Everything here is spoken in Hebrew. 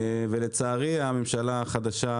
ולצערי השינוי שהממשלה החדשה